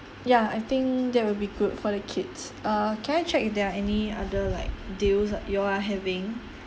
ya I think that will be good for the kids uh can I check if there are any other like deals you all are having